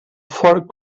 fort